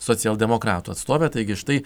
socialdemokratų atstovę taigi štai